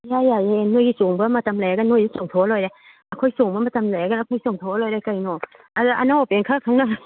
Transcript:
ꯏꯌꯥ ꯌꯥꯏꯌꯦ ꯅꯣꯏꯒꯤ ꯆꯣꯡꯕ ꯃꯇꯝ ꯂꯩꯔꯒꯅ ꯅꯣꯏꯗ ꯆꯣꯡꯊꯣꯛꯑ ꯂꯣꯏꯔꯦ ꯑꯩꯈꯣꯏ ꯆꯣꯡꯕ ꯃꯇꯝ ꯂꯩꯔꯒꯅ ꯑꯩꯈꯣꯏ ꯆꯣꯡꯊꯣꯛꯑ ꯂꯣꯏꯔꯦ ꯀꯩꯅꯣ ꯑꯗ ꯑꯅꯧ ꯑꯄꯦꯠ ꯈꯔ ꯈꯪꯅ